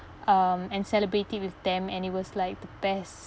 um and celebrating with them and it was like the best